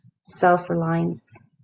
self-reliance